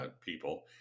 people